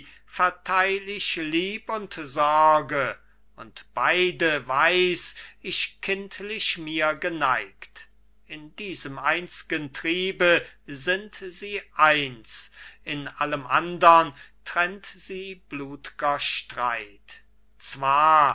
vertheil ich lieb und sorge und beide weiß ich kindlich mir geneigt in diesem einz'gen triebe sind sie eins in allem andern trennt sie blut'ger streit zwar